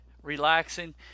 Relaxing